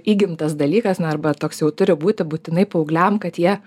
įgimtas dalykas na arba toks jau turi būti būtinai paaugliam kad jie